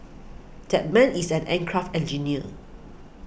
that man is an aircraft engineer